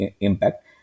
impact